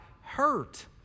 hurt